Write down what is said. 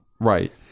Right